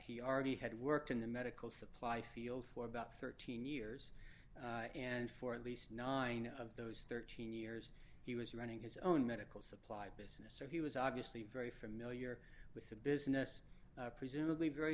he already had worked in the medical supply field for about thirteen years and for at least nine of those thirteen years he was running his own medical supply business so he was obviously very familiar with the business presumably very